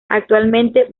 actualmente